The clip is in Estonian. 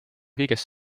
kõiges